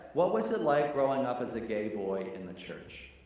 what was it like growing up as a gay boy in the church?